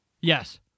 Yes